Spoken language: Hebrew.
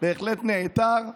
בהחלט ניעתר,